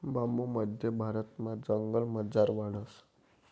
बांबू मध्य भारतमा जंगलमझार वाढस